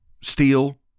steel